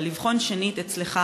אלא לבחון שנית אצלך